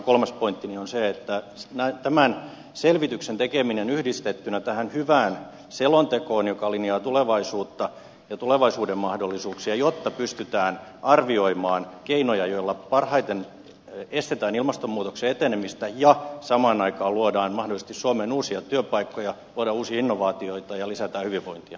kolmas pointtini on se että tämän selvityksen tekeminen yhdistettynä tähän hyvään selontekoon linjaa tulevaisuutta ja tulevaisuuden mahdollisuuksia jotta pystytään arvioimaan keinoja joilla parhaiten estetään ilmastonmuutoksen etenemistä ja samaan aikaan luodaan mahdollisesti suomeen uusia työpaikkoja luodaan uusia innovaatioita ja lisätään hyvinvointia